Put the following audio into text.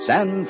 San